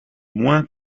moins